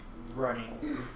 Running